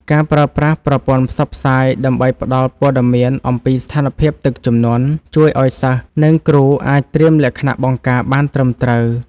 ការប្រើប្រាស់ប្រព័ន្ធផ្សព្វផ្សាយដើម្បីផ្តល់ព័ត៌មានអំពីស្ថានភាពទឹកជំនន់ ជួយឱ្យសិស្ស និង គ្រូអាចត្រៀមលក្ខណៈបង្ការបានត្រឹមត្រូវ។